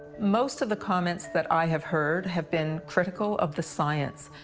most of the comments that i have heard have been critical of the science,